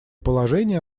положение